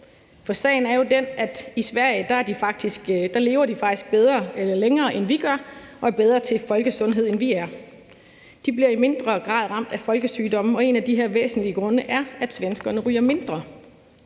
For sagen er jo den, at i Sverige lever de faktisk længere, end vi gør, og er bedre til folkesundhed, end vi er. De bliver i mindre grad ramt af folkesygdomme, og en af de her væsentlige grunde er, at svenskerne ryger mindre.